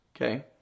okay